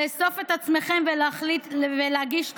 לאסוף עצמכם ולהחליט להגיש תלונה?